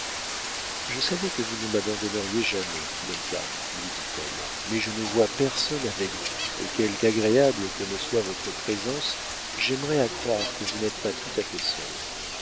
je savais que vous ne m'abandonneriez jamais duncan lui dit-elle mais je ne vois personne avec vous et quelque agréable que me soit votre présence j'aimerais à croire que vous n'êtes pas tout à fait seul